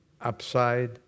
upside